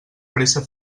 pressa